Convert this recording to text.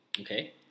Okay